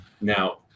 now